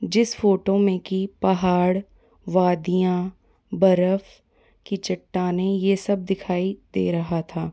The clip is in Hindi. जिस फोटो में की पहाड़ वादियाँ बर्फ की चट्टानें ये सब दिखाई दे रहा था